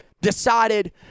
decided